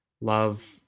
love